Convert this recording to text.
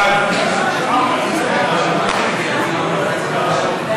ההצעה להעביר את הצעת חוק לתיקון פקודת בתי הסוהר (שלילת